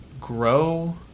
grow